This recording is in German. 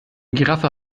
giraffe